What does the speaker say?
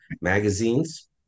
magazines